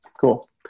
cool